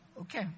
Okay